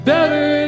Better